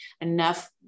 enough